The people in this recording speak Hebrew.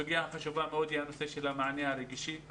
הסוגיה החשובה מאוד היא בנושא המענה הרגשי.